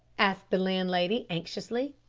asked the landlady anxiously.